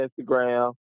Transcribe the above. Instagram